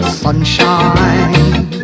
sunshine